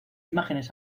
imágenes